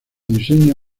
diseña